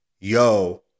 yo